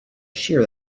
shear